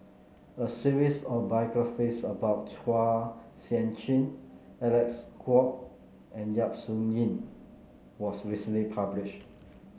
a series of biographies about Chua Sian Chin Alec Kuok and Yap Su Yin was recently published